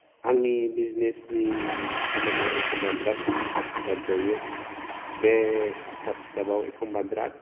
आंनि बिजनेसनि खामानियाव एखम्बा बिरात हिसाब खिथाब जायो बे हिसाब खिथाबाव एखम्बा बिरात